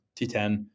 T10